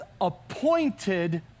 appointed